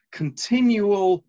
continual